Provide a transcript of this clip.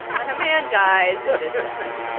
when a man dies what is.